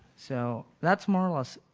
so that's more or less